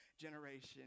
generation